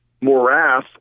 morass